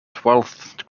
twelfth